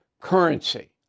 currency